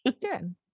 Good